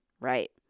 right